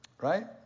Right